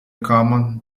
common